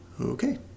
Okay